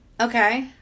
Okay